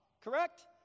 correct